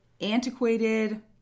antiquated